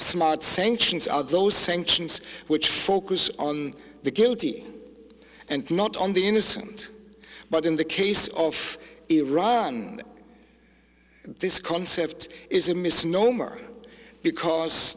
smart sanctions are those sanctions which focus on the guilty and not on the innocent but in the case of iran this concept is a misnomer because